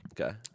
Okay